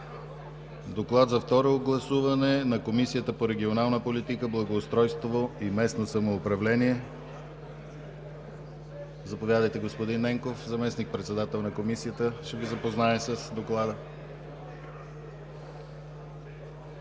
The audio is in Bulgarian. Доклад за второ гласуване на Комисията по регионална политика, благоустройство и местно самоуправление. Заповядайте. Господин Ненков – заместник-председател на Комисията, ще Ви запознае с доклада.